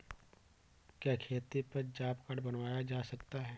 क्या खेती पर जॉब कार्ड बनवाया जा सकता है?